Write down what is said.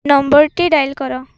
ନମ୍ବରଟି ଡାଏଲ୍ କର